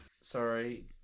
Sorry